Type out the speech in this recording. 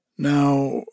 Now